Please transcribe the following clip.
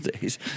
days